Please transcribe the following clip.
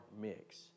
mix